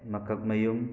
ꯃꯀꯛꯃꯌꯨꯝ